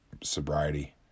sobriety